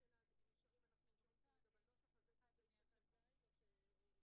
עוד דבר אחד, הנושא של האתתים ירד מהצעת החוק.